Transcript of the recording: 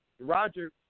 Roger